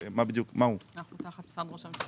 תחת משרד ראש הממשלה.